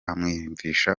amwumvisha